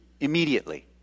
immediately